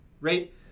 right